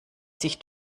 sich